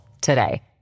today